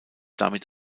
damit